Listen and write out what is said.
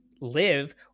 live